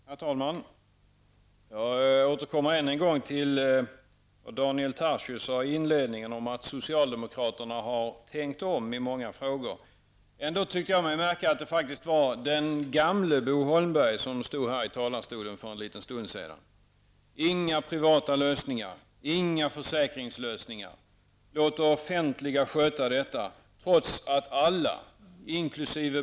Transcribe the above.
Herr talman! Återkommer än en gång till vad Daniel Tarschys sade i inledningen om att socialdemokraterna har tänkt om i många frågor. Ändå tyckte jag mig märka att det var den gamle Bo Holmberg som stod i talarstolen för en liten stund sedan. Inga privata lösningar. Inga försäkringslösningar. Låt det offentliga sköta allt, trots att alla, inkl.